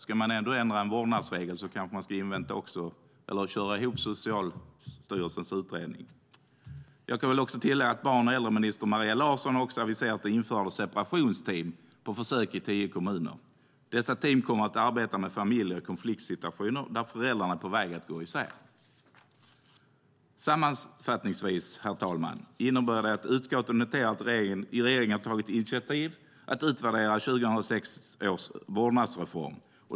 Ska man ändå ändra en vårdnadsregel ska man kanske köra ihop detta med Socialstyrelsens utredning. Jag kan också tillägga att barn och äldreminister Maria Larsson har aviserat införandet av separationsteam på försök i tio kommuner. Dessa team kommer att arbeta med familjer i konfliktsituationer där föräldrarna är på väg att gå isär. Sammanfattningsvis, herr talman, innebär detta att utskottet noterar att regeringen har tagit initiativ till att utvärdera 2006 års vårdnadsreform.